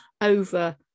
over